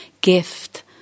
gift